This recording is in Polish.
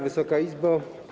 Wysoka Izbo!